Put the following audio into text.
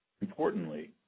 Importantly